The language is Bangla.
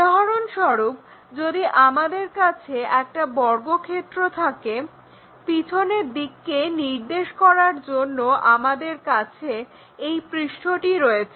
উদাহরণস্বরূপ যদি আমাদের কাছে একটা বর্গক্ষেত্র থাকে পেছনের দিককে নির্দেশ করার জন্য আমাদের কাছে এই পৃষ্ঠটি রয়েছে